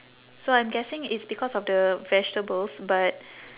so I'm guessing it's because of the vegetables but